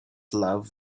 love